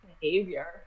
behavior